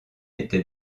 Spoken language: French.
était